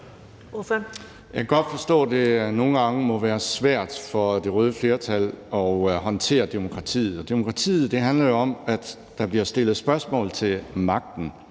kan godt forstå, at det nogle gange må være svært for det røde flertal at håndtere demokratiet. Demokratiet handler om, at der bliver stillet spørgsmål til magten,